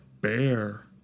bear